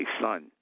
son